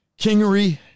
Kingery